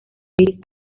iris